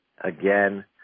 again